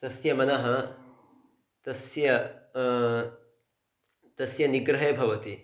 तस्य मनः तस्य तस्य निग्रहे भवति